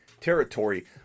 territory